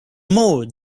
more